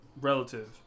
relative